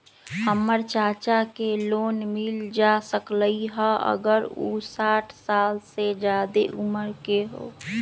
हमर चाचा के लोन मिल जा सकलई ह अगर उ साठ साल से जादे उमर के हों?